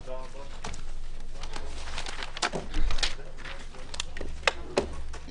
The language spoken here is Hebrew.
הישיבה ננעלה בשעה 13:20.